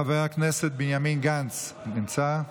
חבר הכנסת בנימין גנץ, נמצא?